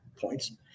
points